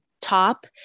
top